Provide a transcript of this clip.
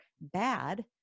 bad